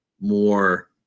more